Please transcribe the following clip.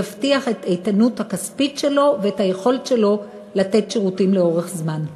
יבטיח את האיתנות הכספית שלו ואת היכולת שלו לתת שירותים לאורך זמן.